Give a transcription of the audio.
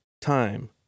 time